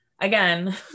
Again